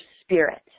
spirit